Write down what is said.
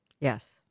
Yes